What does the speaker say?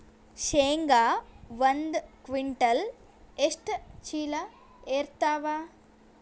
ಶೇಂಗಾ ಒಂದ ಕ್ವಿಂಟಾಲ್ ಎಷ್ಟ ಚೀಲ ಎರತ್ತಾವಾ?